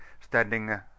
standing